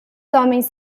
homens